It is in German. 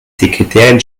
sekretärin